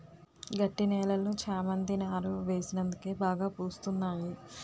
గట్టి నేలలో చేమంతి నారు వేసినందుకే బాగా పూస్తున్నాయి